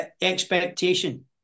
expectation